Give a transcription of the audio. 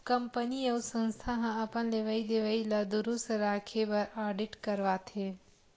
company अउ संस्था ह अपन लेवई देवई ल दुरूस्त राखे बर आडिट करवाथे